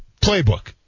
playbook